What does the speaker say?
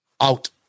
out